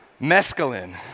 mescaline